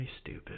stupid